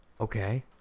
okay